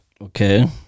Okay